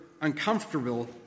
uncomfortable